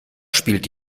spielt